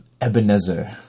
Ebenezer